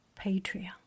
Patreon